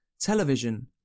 television